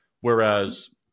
Whereas